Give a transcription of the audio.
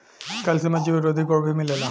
calcium में जीवरोधी गुण भी मिलेला